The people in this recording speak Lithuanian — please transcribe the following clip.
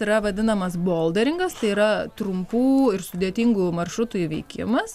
yra vadinamas boldaringas tai yra trumpų ir sudėtingų maršrutų įveikimas